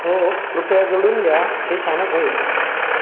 हो कृपया जोडून द्या हे छानच होईल